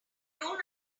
don’t